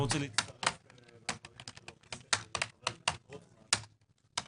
אני רוצה להצטרף לדברים של חבר הכנסת רוטמן.